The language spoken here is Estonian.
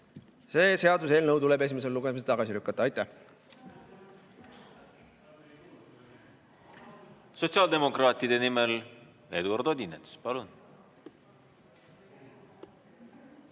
See seaduseelnõu tuleb esimesel lugemisel tagasi lükata. Aitäh! Sotsiaaldemokraatide nimel Eduard Odinets, palun!